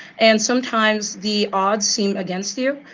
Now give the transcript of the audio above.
and sometimes the odds seem against you.